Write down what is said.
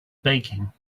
baking